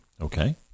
Okay